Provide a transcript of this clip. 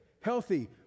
healthy